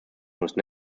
whose